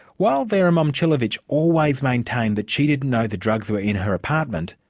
while vera momcilovic always maintained that she didn't know the drugs were in her apartment,